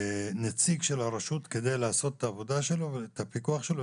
נציג של הרשות כדי לעשות את העבודה שלו ואת הפיקוח שלו?